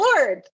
Lord